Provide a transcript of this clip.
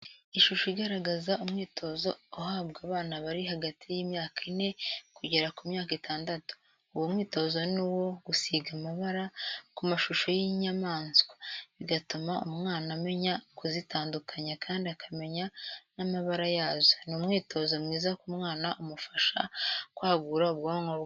Ishusho igaragaza umwitozo uhabwa abana bari hagati y'imyaka ine kugera ku myaka itandatu, uwo mwitozo ni uwo gusiga amabara ku mashusho y'inyamaswa, bigatuma umwana amenya kuzitandukanya kandi akamenya n'amabara yazo. Ni umwitozo mwiza ku mwana umufasha kwagura ubwonko bwe.